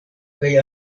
kaj